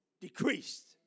decreased